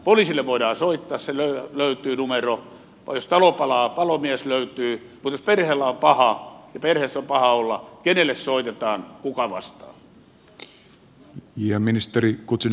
poliisille voidaan soittaa sen numero löytyy jos talo palaa palomies löytyy mutta jos perheessä on paha olla kenelle soitetaan kuka vastaa